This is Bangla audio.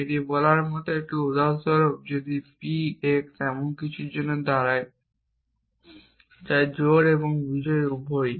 এটি বলার মত যে উদাহরণস্বরূপ যদি p x এমন কিছুর জন্য দাঁড়ায় যা জোড় এবং বিজোড় উভয়ই